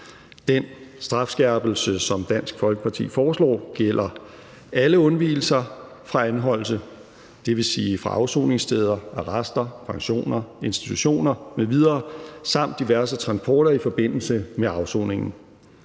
Den strafskærpelse, som Dansk Folkeparti foreslår, gælder alle undvigelser fra anholdelse, dvs. fra afsoningssteder, arrester, pensioner, institutioner m.v. samt diverse transporter i forbindelse med afsoningen.